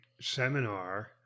Seminar